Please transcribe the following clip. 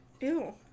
ew